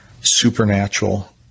supernatural